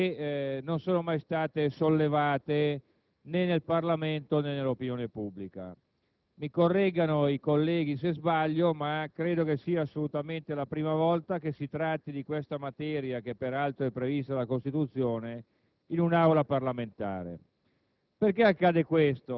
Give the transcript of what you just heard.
è la Lega Nord a porre questioni che non sono mai state sollevate né nel Parlamento né nell'opinione pubblica. Mi correggano i colleghi se sbaglio, ma credo che sia assolutamente la prima volta che si tratta questa materia, che peraltro è prevista dalla Costituzione,